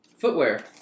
Footwear